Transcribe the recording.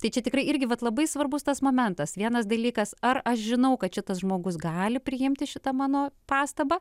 tai čia tikrai irgi vat labai svarbus tas momentas vienas dalykas ar aš žinau kad šitas žmogus gali priimti šitą mano pastabą